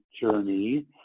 journey